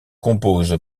compose